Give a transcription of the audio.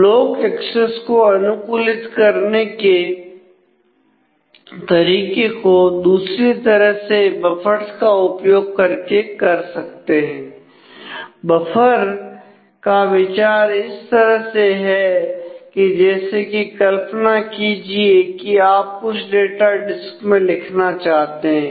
block access को अनुकूलित करने के तरीके को दूसरी तरह से बफर्स का उपयोग करके कर सकते हैं बफर का विचार इस तरह से है कि जैसे कि कल्पना कीजिए कि आप कुछ डाटा डिस्क में लिखना चाहते हैं